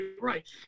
right